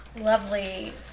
lovely